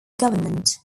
government